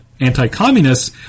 anti-communists